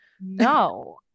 No